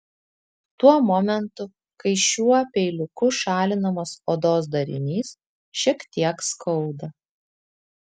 tuo momentu kai šiuo peiliuku šalinamas odos darinys šiek tiek skauda